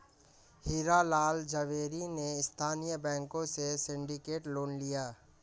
हीरा लाल झावेरी ने स्थानीय बैंकों से सिंडिकेट लोन लिया